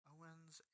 Owens